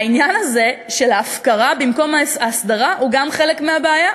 העניין הזה של ההפקרה במקום ההסדרה הוא גם חלק מהבעיה.